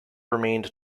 remained